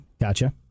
Gotcha